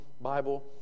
Bible